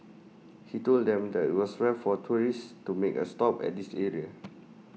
he told them that IT was rare for tourists to make A stop at this area